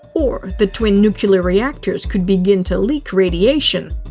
or the twin nuclear reactors could begin to leak radiation.